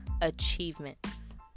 achievements